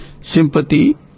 sympathy